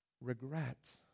regret